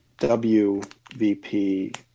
WVP